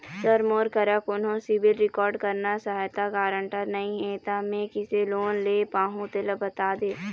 sir मोर करा कोन्हो सिविल रिकॉर्ड करना सहायता गारंटर नई हे ता मे किसे लोन ले पाहुं तेला बता दे